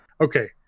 Okay